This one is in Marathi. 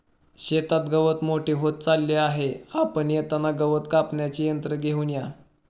शेतात गवत मोठे होत चालले आहे, आपण येताना गवत कापण्याचे यंत्र घेऊन या